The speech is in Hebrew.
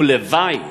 ולוואי